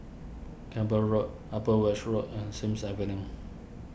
Camborne Road Upper Weld Road and Sims Avenue